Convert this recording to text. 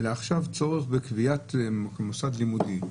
אלא עכשיו צורך בקביעת מוסד לימודים,